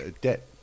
debt